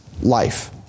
life